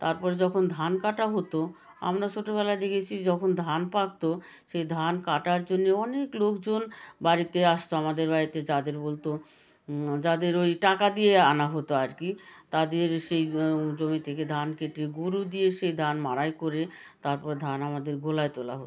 তারপর যখন ধান কাটা হতো আমরা ছোটোবেলায় দেখেছি যখন ধান পাকতো সেই ধান কাটার জন্যে অনেক লোকজন বাড়িতে আসতো আমাদের বাড়িতে যাদের বলতো যাদের ওই টাকা দিয়ে আনা হতো আর কি তাদের সেই জমি থেকে ধান কেটে গরু দিয়ে সেই ধান মাড়াই করে তারপর ধান আমাদের গোলায় তোলা হতো